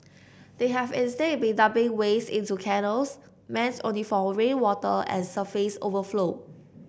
they have instead been dumping waste into canals meant only for rainwater and surface overflow